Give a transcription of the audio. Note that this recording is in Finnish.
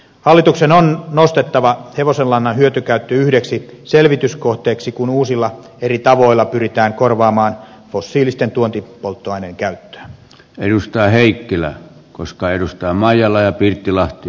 hallituksen on nostettava hevosenlannan hyötykäyttö yhdeksi selvityskohteeksi kun uusilla eri tavoilla pyritään korvaamaan fossiilisten tuontipolttoaineiden käyttöä ennustaa heikkilä koska edustama jälleen pirttilahti